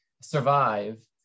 survive